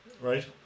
Right